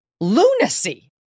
lunacy